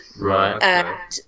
Right